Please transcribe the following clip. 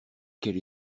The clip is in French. quelle